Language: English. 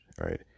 Right